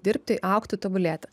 dirbti augti tobulėti